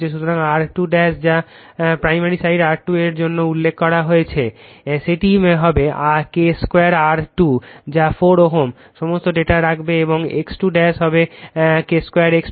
সুতরাং R2 যা call primary side R2 এর জন্য উল্লেখ করা হয়েছে সেটি হবে K 2 R2 যা 4 Ω সমস্ত ডেটা রাখবে এবং X2 হবে K 2 X2